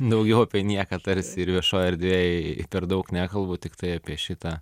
daugiau apie nieką tarsi ir viešoj erdvėj per daug nekalbu tiktai apie šitą